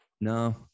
No